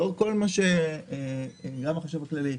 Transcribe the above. לאור כל מה שגם החשב הכללי,